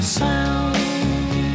sound